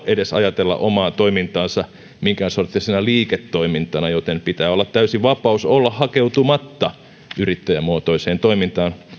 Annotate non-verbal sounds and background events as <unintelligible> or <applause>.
<unintelligible> edes halua ajatella omaa toimintaansa minkään sorttisena liiketoimintana joten pitää olla täysi vapaus olla hakeutumatta yrittäjämuotoiseen toimintaan